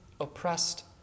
oppressed